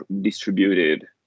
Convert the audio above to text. distributed